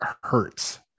hurts